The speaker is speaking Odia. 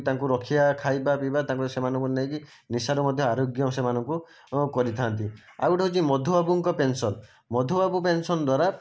ତାଙ୍କୁ ରଖିବା ଖାଇବା ପିଇବା ତାଙ୍କୁ ସେମାନଙ୍କୁ ନେଇକି ନିଶାରେ ମଧ୍ୟ ଆରୋଗ୍ୟ ସେମାନଙ୍କୁ କରିଥାନ୍ତି ଆଉ ଗୋଟିଏ ହେଉଛି ମଧୁବାବୁଙ୍କ ପେନ୍ସନ୍ ମଧୁବାବୁ ପେନ୍ସନ୍ ଦ୍ୱାରା